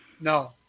No